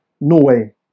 Norway